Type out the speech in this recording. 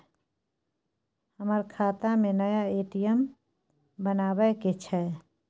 हमर खाता में नया ए.टी.एम बनाबै के छै?